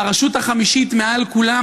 והרשות החמישית מעל כולם,